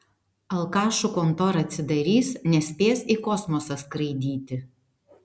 alkašų kontora atsidarys nespės į kosmosą skraidyti